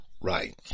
Right